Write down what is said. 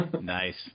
Nice